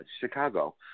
Chicago